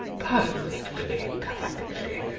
perfectly, perfectly!